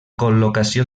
col·locació